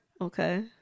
okay